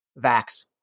vax